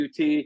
UT